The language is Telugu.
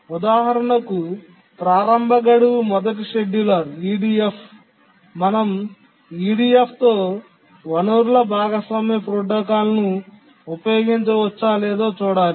ఉదాహరణకు ప్రారంభ గడువు మొదటి షెడ్యూలర్ మనం EDF తో వనరుల భాగస్వామ్య ప్రోటోకాల్ను ఉపయోగించవచ్చా లేదా చూడాలి